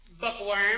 Bookworm